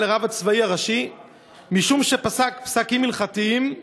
לרב הצבאי הראשי משום שפסק פסקים הלכתיים.